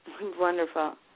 Wonderful